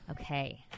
okay